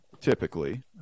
Typically